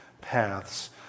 paths